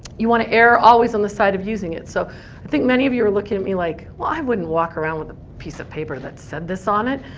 you want to err always on the side of using it. so i think many of you are looking at me like, well, i wouldn't walk around with a piece of paper that said this on it.